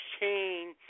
chain